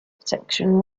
section